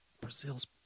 Brazil's